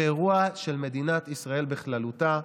הוא אירוע של מדינת ישראל בכללותה,